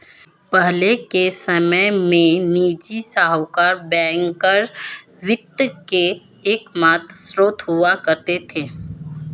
पहले के समय में निजी साहूकर बैंकर वित्त के एकमात्र स्त्रोत हुआ करते थे